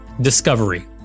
Discovery